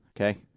Okay